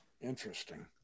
Interesting